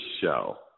show